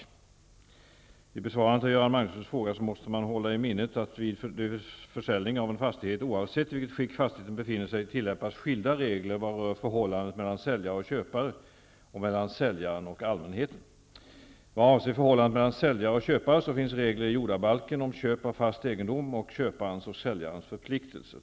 Vid besvarandet av Göran Magnussons fråga måste man hålla i minnet att det vid försäljning av en fastighet, oavsett i vilket skick fastigheten befinner sig, tillämpas skilda regler vad rör förhållandet mellan säljare och köpare och mellan säljaren och allmänheten. Vad avser förhållandet mellan säljare och köpare finns regler i jordabalken om köp av fast egendom och köparens och säljarens förpliktelser.